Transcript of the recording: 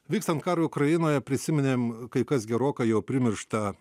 vykstant karui ukrainoje prisiminėm kai kas gerokai jau primirštą